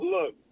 Look